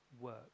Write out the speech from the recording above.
work